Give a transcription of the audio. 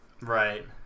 Right